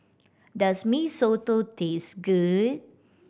does Mee Soto taste good